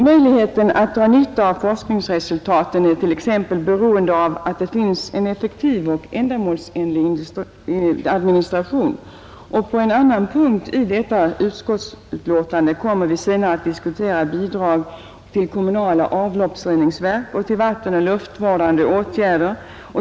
Möjligheten att dra nytta av forskningsresultaten är t.ex. beroende av att det finns en effektiv och ändamålsenlig administration. På en senare punkt i detta utskottsbetänkande kommer vi att diskutera bidrag till kommunala avloppsreningsverk och till vattenoch luftvårdande åtgärder.